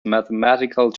mathematical